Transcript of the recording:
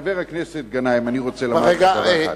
חבר הכנסת גנאים, אני רוצה לומר לך דבר אחד,